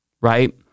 right